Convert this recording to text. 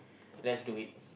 let's do it